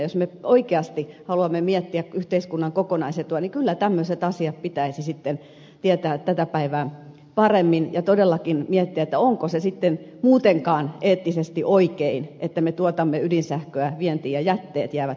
jos me oikeasti haluamme miettiä yhteiskunnan kokonaisetua niin kyllä tämmöiset asiat pitäisi sitten tietää tätä päivää paremmin ja todellakin miettiä onko se sitten muutenkaan eettisesti oikein että me tuotamme ydinsähköä vientiin ja jätteet jäävät meille